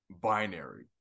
binary